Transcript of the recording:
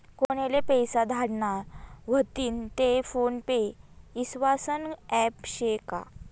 कोनले पैसा धाडना व्हतीन ते फोन पे ईस्वासनं ॲप शे का?